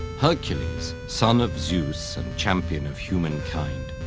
hercules, son of zeus and champion of humankind,